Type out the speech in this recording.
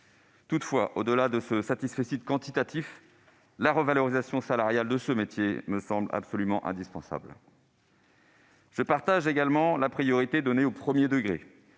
Toutefois, au-delà de ce satisfecit quantitatif, la revalorisation salariale de ce métier me semble absolument indispensable. Je partage également la conviction qu'il faut